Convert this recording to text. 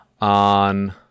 on